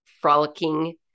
frolicking